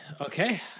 Okay